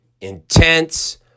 intense